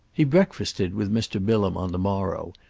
he breakfasted with mr. bilham on the morrow,